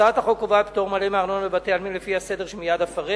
הצעת החוק קובעת פטור מלא מארנונה לבתי-עלמין לפי הסדר שמייד אפרט.